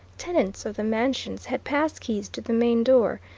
tenants of the mansions had pass-keys to the main door,